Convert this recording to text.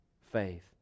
faith